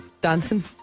dancing